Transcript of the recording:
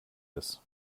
ist